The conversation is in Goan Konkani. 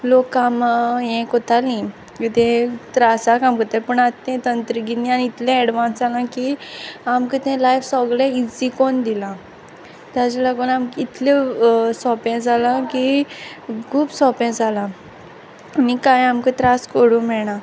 लोक कामां यें कोतालीं कितें त्रासा काम कोतालीं पूण आंत तें तंत्रगिन्यान इतलें एडवान्स जालां की आमकां तेण लायफ सोगलें इजी कोन्न दिलां ताजे लागून आमक इतल्यो सोंपें जालां की खूब सोंपें जालां आनी कांय आमक त्रास कोरूं मेणा